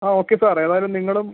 ആ okay sir ഏതായാലും നിങ്ങളും